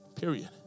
Period